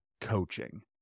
coaching